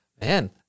Man